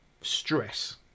stress